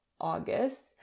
August